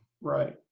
Right